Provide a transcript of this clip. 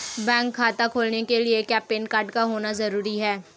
Bank खाता खोलने के लिए क्या पैन कार्ड का होना ज़रूरी है?